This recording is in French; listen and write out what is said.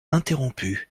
interrompu